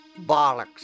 bollocks